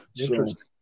Interesting